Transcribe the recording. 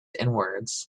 inwards